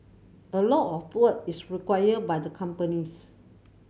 a lot of work is required by the companies